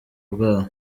bwabo